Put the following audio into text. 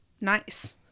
nice